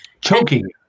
choking